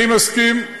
אני מסכים,